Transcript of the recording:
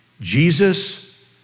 Jesus